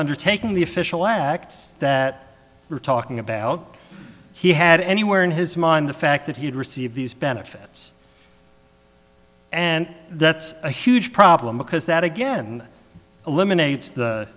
undertaking the official acts that we're talking about he had anywhere in his mind the fact that he had received these benefits and that's a huge problem because that again eliminates the